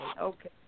okay